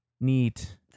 neat